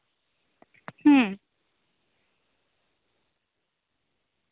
ᱦᱩᱸ